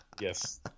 yes